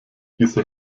diese